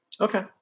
Okay